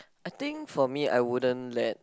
I think for me I wouldn't let